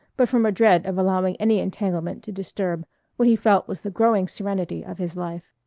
but from a dread of allowing any entanglement to disturb what he felt was the growing serenity of his life.